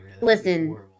Listen